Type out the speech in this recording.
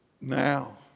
now